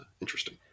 interesting